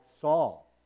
Saul